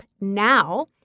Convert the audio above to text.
now